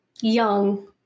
young